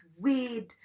weird